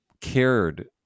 cared